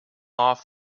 off